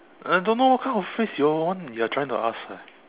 I don't know what kind of phrase you all want you are trying to ask eh